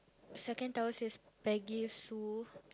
second tower says Peggy-Sue